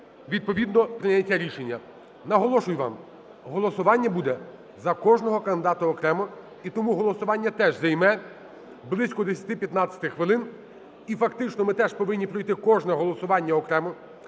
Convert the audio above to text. відповідно, прийняття рішення. Наголошую вам, голосування буде за кожного кандидата окремо, і тому голосування теж займе близько 10-15 хвилин, і фактично ми теж повинні пройти кожне голосування окремо.